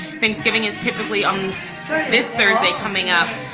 thanksgiving is typically um this thursday coming up,